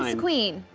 um queen.